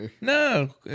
No